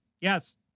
yes